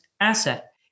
asset